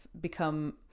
become